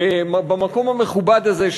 במקום המכובד הזה,